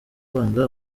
kwanga